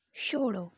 छोड़ो